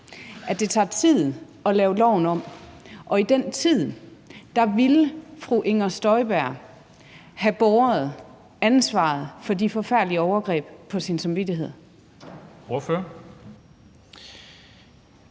at det tager tid at lave loven om, og at fru Inger Støjberg ville i løbet af den tid have båret ansvaret for de forfærdelige overgreb på sin samvittighed?